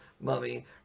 mummy